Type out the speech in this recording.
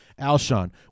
alshon